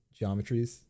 geometries